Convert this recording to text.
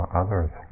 others